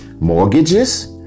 mortgages